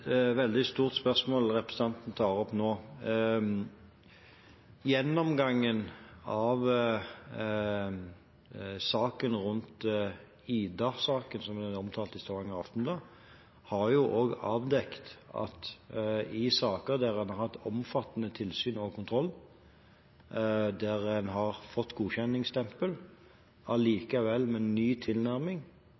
veldig stort spørsmål representanten tar opp nå. Gjennomgangen av Ida-saken, som ble omtalt i Stavanger Aftenblad, har avdekket at i saker der man har hatt omfattende tilsyn og kontroll, der man har fått godkjenningsstempel,